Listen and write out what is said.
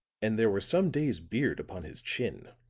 and there were some days' beard upon his chin.